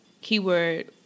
Keyword